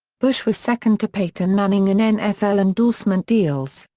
bush was second to peyton manning in nfl endorsement deals,